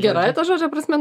gerąja to žodžio prasme